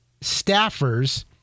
staffers